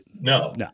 No